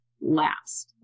last